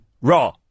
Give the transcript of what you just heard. raw